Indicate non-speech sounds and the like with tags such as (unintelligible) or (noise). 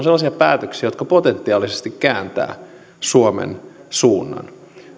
(unintelligible) sellaisia päätöksiä jotka potentiaalisesti kääntävät suomen suunnan